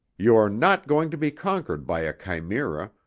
you are not going to be conquered by a chimera,